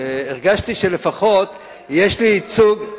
והרגשתי שלפחות יש לי ייצוג,